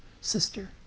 sister